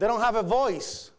they don't have a voice